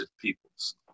peoples